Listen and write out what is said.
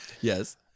Yes